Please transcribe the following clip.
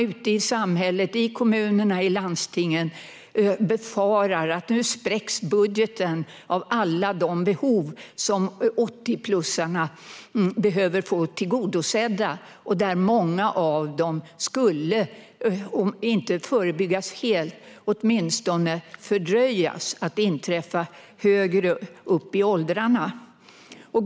Ute i samhället, i kommunerna och landstingen, befarar man att budgeten spräcks av alla de behov som 80-plussarna behöver få tillgodosedda. Många av behoven skulle om inte förebyggas helt åtminstone kunna fördröjas och inträffa högre upp i åldrarna.